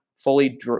fully